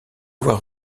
avoir